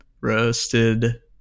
roasted